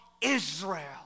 Israel